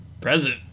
present